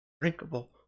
drinkable